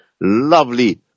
lovely